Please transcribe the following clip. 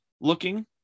looking